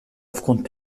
aufgrund